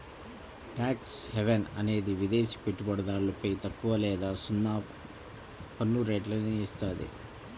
tax haven అనేది విదేశి పెట్టుబడిదారులపై తక్కువ లేదా సున్నా పన్నురేట్లను ఏత్తాది